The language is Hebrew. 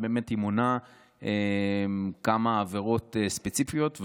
והיא באמת מונה כמה עבירות ספציפיות,